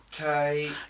Okay